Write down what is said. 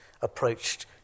approached